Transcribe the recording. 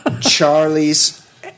Charlie's